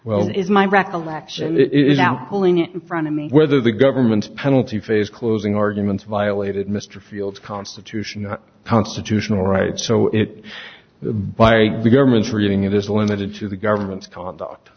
well it is my recollection is outpolling it in front of me whether the government penalty phase closing arguments violated mr field's constitutional constitutional rights so it by the government for using it is limited to the government's conduct